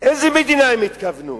לאיזו מדינה הם התכוונו?